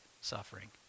suffering